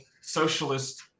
socialist